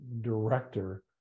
director